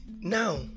Now